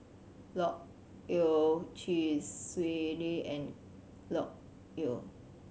Loke Yew Chee Swee Lee and Loke Yew